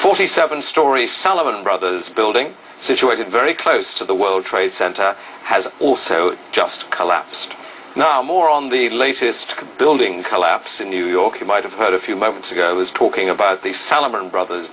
forty seven story sullivan brothers building situated very close to the world trade center has also just collapsed now more on the latest building collapse in new york you might have heard a few moments ago i was talking about the salomon brothers